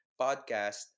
podcast